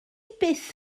byth